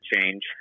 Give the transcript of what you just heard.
change